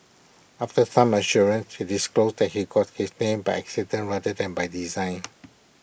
after some assurances he disclosed that he got his name by accident rather than by design